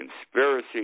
conspiracy